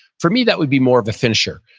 for me, that would be more of a finisher.